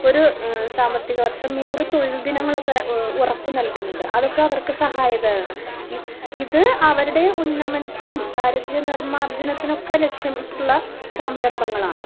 ഒരു സാമ്പത്തിക വർഷം നൂറ് തൊഴിൽ ദിനങ്ങളക്കെ ഉറപ്പ് നൽകുന്നുണ്ട് അതക്കെ അവർക്ക് സഹായകമാണ് ഇത് അവരുടെ ഉന്നമനത്തിനും ദാരിദ്ര്യ നിർമ്മാജനത്തിനൊക്കെ ലക്ഷ്യം വിട്ടുള്ള സംരംഭങ്ങളാണ്